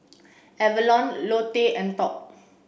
Avalon Lotte and Top